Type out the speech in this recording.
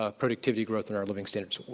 ah productivity growth, and our living standards.